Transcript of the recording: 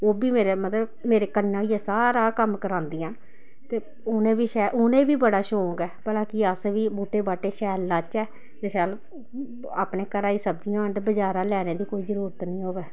ओह् बी मेरे मतलब मेरे कन्नै होइयै सारा कम्म करांदियां न ते उ'नें बी शैल उ'नें गी बी बड़ा शौक ऐ भला कि अस बी बूह्टे बाह्टे शैल लाचै ते शैल अपने घरै दी सब्जियां होन ते बजारा लैने दी कोई जरूरत निं होवै